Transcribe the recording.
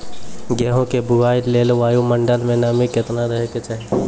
गेहूँ के बुआई लेल वायु मंडल मे नमी केतना रहे के चाहि?